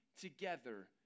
together